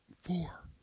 four